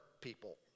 people